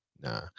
Nah